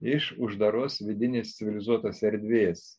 iš uždaros vidinis civilizuotos erdvės